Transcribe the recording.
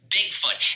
Bigfoot